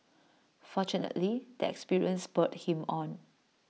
fortunately the experience spurred him on